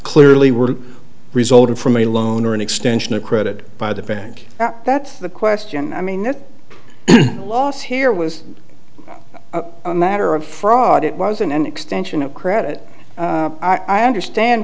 clearly were resulted from a loan or an extension of credit by the bank that's the question i mean that loss here was a matter of fraud it wasn't an extension of credit i understand